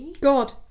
god